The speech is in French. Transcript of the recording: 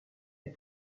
est